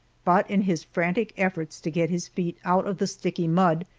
but in his frantic efforts to get his feet out of the sticky mud,